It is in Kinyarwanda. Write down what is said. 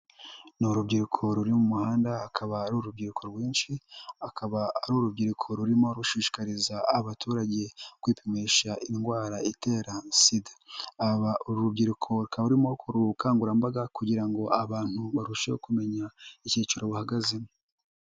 Ni urubyiruko ruri mu muhanda, akaba ari urubyiruko rwinshi, akaba ari urubyiruko rurimo rushishikariza abaturage kwipimisha indwara itera SIDA, urubyiruko rukaba ruri mu bukangurambaga kugira ngo abantu barusheho kumenya ikiciro bahagazemo.